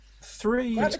three